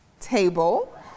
table